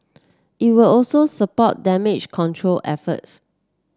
it will also support damage control efforts